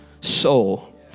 soul